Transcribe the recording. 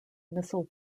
missile